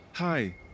Hi